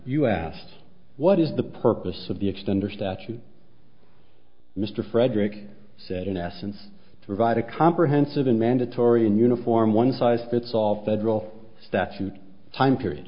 you asked what is the purpose of the extend or statute mr frederick said in essence to provide a comprehensive in mandatory in uniform one size fits all federal statute heim period